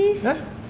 eh